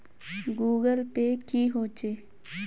Google Pay की होचे?